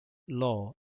law